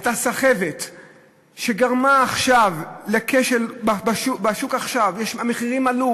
הייתה סחבת שגרמה עכשיו לכשל בשוק: המחירים עלו